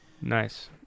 nice